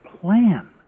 plan